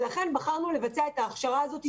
ולכן בחרנו לבצע את ההכשרה הזאת,